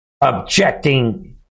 objecting